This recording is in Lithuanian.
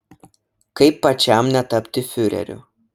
kaip pačiam netapti fiureriu